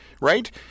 right